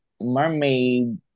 mermaid